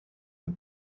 the